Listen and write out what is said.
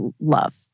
love